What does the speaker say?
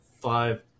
five